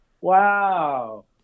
Wow